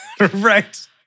Right